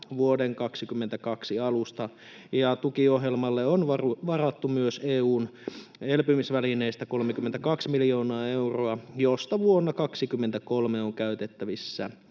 vuoden 22 alusta, ja tukiohjelmalle on varattu myös EU:n elpymisvälineestä 32 miljoonaa euroa, josta vuonna 23 on käytettävissä